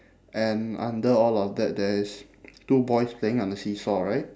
and under all of that there is two boys playing on the seesaw right